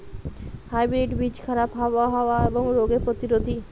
hybrid বীজ খারাপ আবহাওয়া এবং রোগে প্রতিরোধী